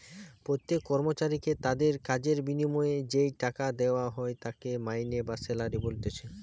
প্রত্যেক কর্মচারীকে তাদির কাজের বিনিময়ে যেই টাকা লেওয়া হয় তাকে মাইনে বা স্যালারি বলতিছে